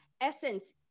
essence